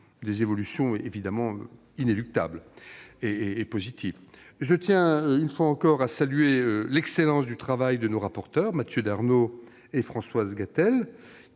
des évolutions inéluctables et positives. Je tiens une fois encore à saluer l'excellence du travail de nos rapporteurs, Mathieu Darnaud et Françoise Gatel,